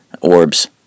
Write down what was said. orbs